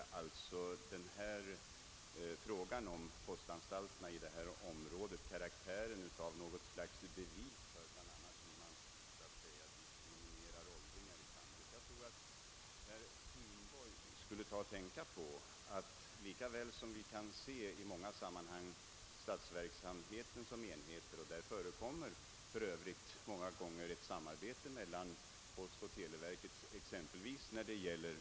Han tycks vilja ge frågan om postanstalterna i detta område karaktären av något slags bevis bl.a. för diskriminering av åldringarna i samhället. Det är självfallet en felaktig slutsats. Visst kan vi i många sammanhang se statsverksamheten som en enhet — ganska ofta förekommer samarbete mellan postoch televerken, exempelvis beträffande lokalfrågorna.